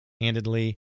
handedly